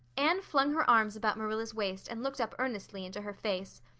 anne flung her arms about marilla's waist and looked up earnestly into her face.